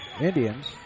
Indians